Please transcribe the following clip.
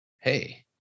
Hey